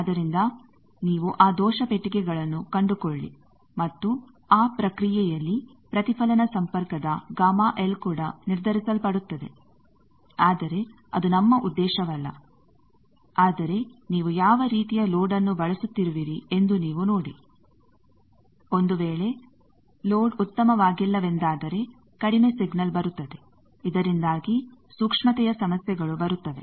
ಆದರಿಂದ ನೀವು ಆ ದೋಷ ಪೆಟ್ಟಿಗೆಗಳನ್ನು ಕಂಡುಕೊಳ್ಳಿ ಮತ್ತು ಆ ಪ್ರಕ್ರಿಯೆಯಲ್ಲಿ ಪ್ರತಿಫಲನ ಸಂಪರ್ಕದ Γ L ಕೂಡ ನಿರ್ಧರಿಸಲ್ಪಡುತ್ತದೆ ಆದರೆ ಅದು ನಮ್ಮ ಉದ್ದೇಶವಲ್ಲ ಆದರೆ ನೀವು ಯಾವ ರೀತಿಯ ಲೋಡ್ನ್ನು ಬಳಸುತ್ತಿರುವಿರಿ ಎಂದು ನೀವು ನೋಡಿ ಒಂದು ವೇಳೆ ಲೋಡ್ ಉತ್ತಮವಾಗಿಲ್ಲವೆಂದಾದರೆ ಕಡಿಮೆ ಸಿಗ್ನಲ್ ಬರುತ್ತದೆ ಇದರಿಂದಾಗಿ ಸೂಕ್ಷ್ಮತೆಯ ಸಮಸ್ಯೆಗಳು ಬರುತ್ತವೆ